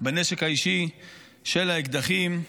לנשק האישי של האקדחים.